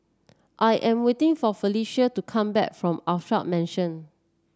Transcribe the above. I am waiting for Felicia to come back from Alkaff Mansion